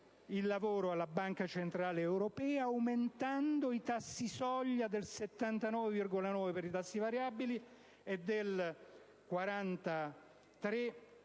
il lavoro alla Banca centrale europea, aumentando i tassi soglia del 79,9 per i tassi variabili, del 43